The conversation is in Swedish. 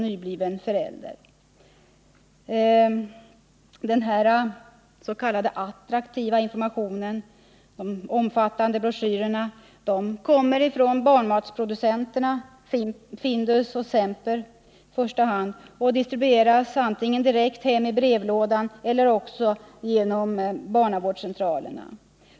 Den attraktiva ”informationen”, dvs. de omfattande broschyrerna, kommer från barnmatsproducenterna Findus och Semper i första hand och distribueras antingen direkt hem i brevlådan eller via barnavårdscentralerna.